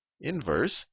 inverse